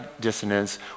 dissonance